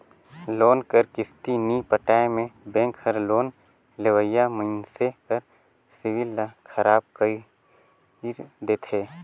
loan कर किस्ती नी पटाए में बेंक हर लोन लेवइया मइनसे कर सिविल ल खराब कइर देथे